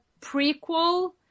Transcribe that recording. prequel